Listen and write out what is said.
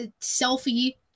selfie